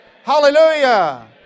Hallelujah